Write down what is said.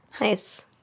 nice